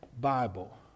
Bible